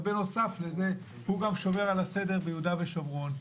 ובנוסף לזה, הוא שומר על הסדר ביהודה ושומרון.